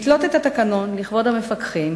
לתלות את התקנון לכבוד המפקחים